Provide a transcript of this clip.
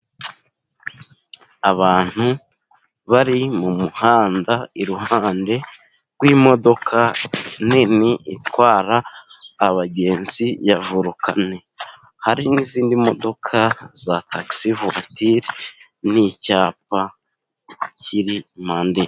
Abantu bari mu muhanda iruhande rw'imodoka nini itwara abagenzi ya Volukani. Hari n'izindi modoka za takisi vuwatire, n'icyapa kiri impande.